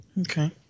Okay